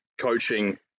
coaching